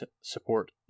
support